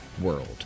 world